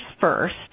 first